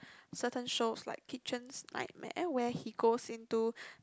certain shows like Kitchen's Nightmare where he goes into